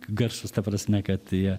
garsūs ta prasme kad jie